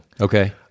Okay